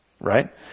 Right